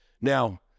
Now